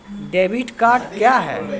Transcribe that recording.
Debit card क्या हैं?